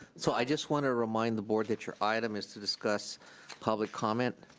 so i just want to remind the board that your item is to discuss public comment.